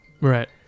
right